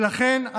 לכן,